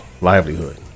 livelihood